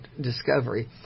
discovery